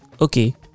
Okay